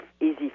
easy